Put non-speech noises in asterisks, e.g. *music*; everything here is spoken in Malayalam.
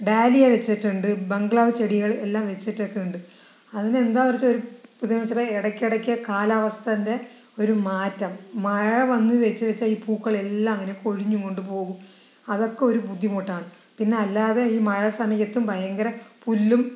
ഡാലിയ വെച്ചിട്ടുണ്ട് ബംഗ്ലാവ് ചെടികൾ എല്ലാം വെച്ചിട്ടൊക്കെ ഉണ്ട് അതിനെന്താണ് *unintelligible* ഇടയ്ക്കിടയ്ക്ക് കാലാവസ്ഥേന്റെ ഒരു മാറ്റം മഴ വന്നു വെച്ചു വെച്ചാ ഈ പൂക്കളെല്ലാം അങ്ങനെ കൊഴിഞ്ഞു കൊണ്ടു പോകും അതൊക്കെ ഒരു ബുദ്ധിമുട്ടാണ് പിന്നെ അല്ലാതെ ഈ മഴ സമയത്തും ഭയങ്കര പുല്ലും